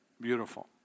Beautiful